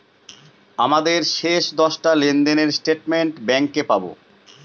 আমাদের শেষ দশটা লেনদেনের স্টেটমেন্ট ব্যাঙ্কে পাবো